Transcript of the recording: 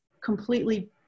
completely